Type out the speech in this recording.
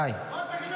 די.